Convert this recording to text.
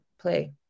play